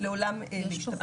לעולם להשתבץ.